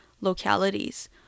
localities